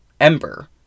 Ember